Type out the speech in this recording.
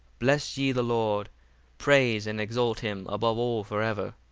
bless ye the lord praise and exalt him above all for ever.